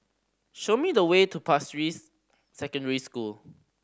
show me the way to Pasir Ris Secondary School